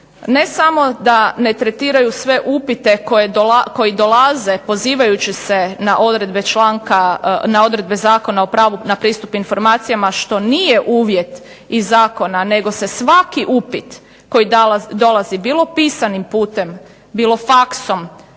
ne samo da ne tretiraju sve upite koji dolaze pozivajući se na odredbe članka, na odredbe Zakona o pravu na pristup informacijama što nije uvjet iz zakona nego se svaki upit koji dolazi bilo pisanim putem, bilo faksom,